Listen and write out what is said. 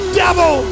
devil